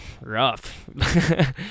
rough